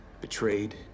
betrayed